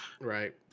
Right